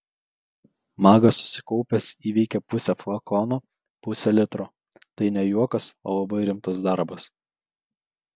magas susikaupęs įveikė pusę flakono pusė litro tai ne juokas o labai rimtas darbas